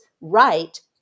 right